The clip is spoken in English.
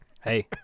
Hey